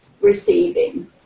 receiving